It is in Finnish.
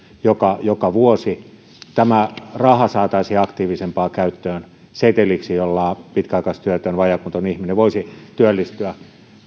joka joka vuosi saataisiin aktiivisempaan käyttöön seteliksi jolla pitkäaikaistyötön vajaakuntoinen ihminen voisi työllistyä